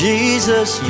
Jesus